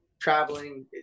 Traveling